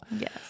Yes